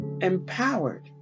empowered